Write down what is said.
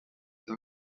and